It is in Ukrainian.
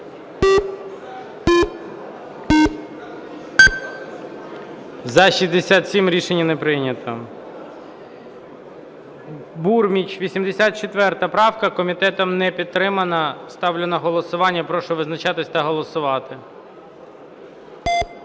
За-67 Рішення не прийнято. Бурміч, 84 правка. Комітетом не підтримана. Ставлю на голосування. Прошу визначатись та голосувати.